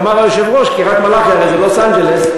אמר היושב-ראש: הרי קריית-מלאכי זה לוס-אנג'לס,